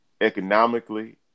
economically